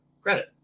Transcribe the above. credit